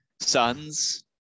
sons